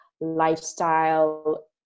lifestyle